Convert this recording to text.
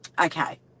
Okay